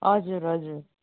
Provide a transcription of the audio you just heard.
हजुर हजुर